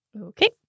Okay